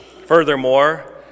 Furthermore